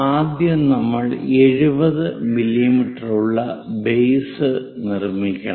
ആദ്യം നമ്മൾ 70 മില്ലീമീറ്റർ ഉള്ള ബേസ് നിർമ്മിക്കണം